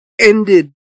ended